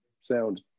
Sound